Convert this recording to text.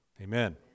Amen